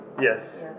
Yes